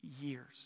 years